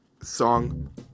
song